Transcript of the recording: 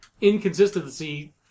inconsistency